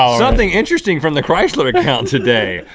um something interesting from the chrysler account today!